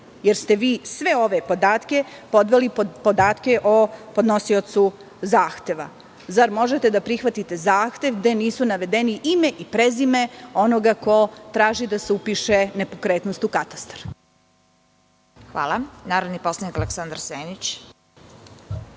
jer ste vi sve ove podatke podveli pod podatke o podnosiocu zahteva. Zar možete da prihvatite zahtev gde nisu navedeni ime i prezime onoga ko traži da se upiše nepokretnost u katastar? **Vesna Kovač** Hvala. Reč ima narodni poslanik Aleksandar Senić.